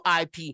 ip